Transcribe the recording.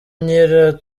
nyira